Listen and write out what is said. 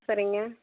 சரிங்க